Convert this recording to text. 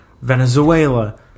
Venezuela